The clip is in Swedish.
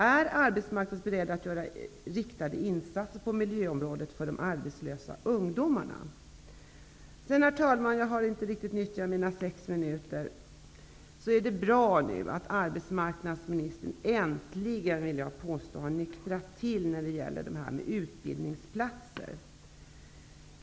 Är arbetsmarknadsministern beredd att göra riktade insatser på miljöområdet för de arbetslösa ungdomarna? Herr talman! Det är bra att arbetsmarknadsministern nu äntligen, vill jag påstå, har nyktrat till när det gäller utbildningsplatser.